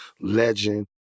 legend